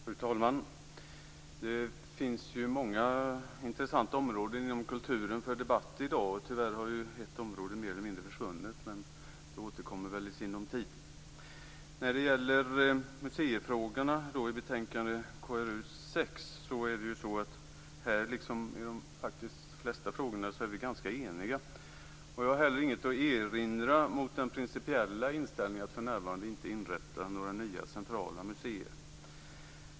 Fru talman! Det finns inom kulturen många områden som är intressanta för debatt i dag. Tyvärr har ett område mer eller mindre försvunnit men det återkommer väl i sinom tid. När det gäller detta betänkande, KrU6, och museifrågorna är vi, liksom vi faktiskt är i de flesta frågorna, ganska eniga. Jag har inget att erinra mot den principiella inställningen att för närvarande inte inrätta några nya centrala museer.